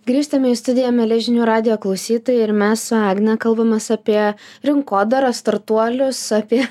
grįžtame į studiją mieli žinių radijo klausytojai ir mes su agne kalbamės apie rinkodaros startuolius apie